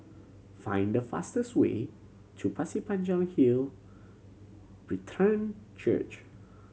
find the fastest way to Pasir Panjang Hill Brethren Church